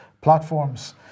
platforms